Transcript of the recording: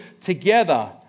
together